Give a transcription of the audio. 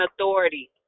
authority